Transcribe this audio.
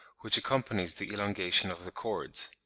which accompanies the elongation of the cords.